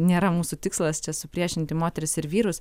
nėra mūsų tikslas čia supriešinti moteris ir vyrus